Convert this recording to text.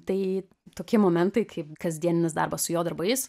tai tokie momentai kaip kasdieninis darbas su jo darbais